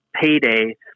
payday